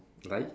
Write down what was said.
like